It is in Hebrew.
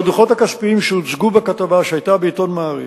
הדוחות הכספיים שהוצגו בכתבה שהיתה בעיתון "מעריב"